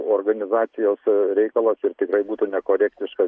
organizacijos reikalas ir tikrai būtų nekorektiška